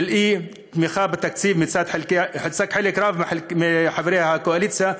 אי-תמיכה בתקציב מצד חלק גדול מחברי הקואליציה.